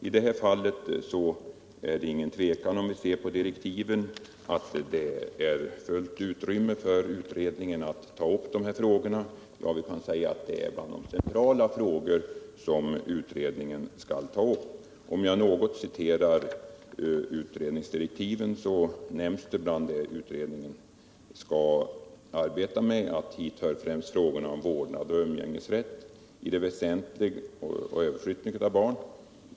I detta fall är det ingen tvekan om att direktiven ger utrymme för utredningen att ta upp dessa frågor — ja, de hör till de centrala frågor som utredningen skall ta upp. I utredningsdirektiven nämns att till de frågor som utredningen skall arbeta med hör främst reglerna om umgängesrätt samt överflyttning av barn.